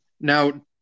Now